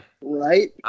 right